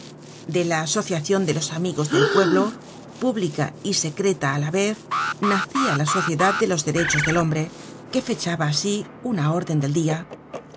de la asociacion de los amigos del pueblo pública y secreta á la vez nacia la sociedad de los derechos del hombre que fechaba asi una órden del dia